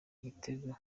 igitego